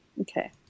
okay